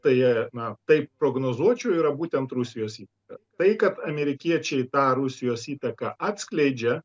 tai na taip prognozuočiau yra būtent rusijos įtaka tai kad amerikiečiai tą rusijos įtaką atskleidžia